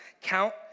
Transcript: count